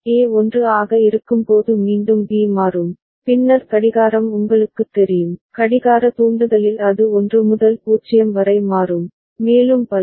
A 1 ஆக இருக்கும்போது மீண்டும் B மாறும் பின்னர் கடிகாரம் உங்களுக்குத் தெரியும் கடிகார தூண்டுதலில் அது 1 முதல் 0 வரை மாறும் மேலும் பல